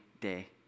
day